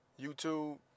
YouTube